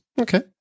Okay